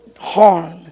harm